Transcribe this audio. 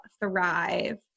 thrive